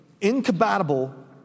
incompatible